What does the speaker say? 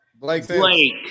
Blake